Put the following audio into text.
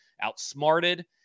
outsmarted